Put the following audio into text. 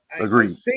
Agreed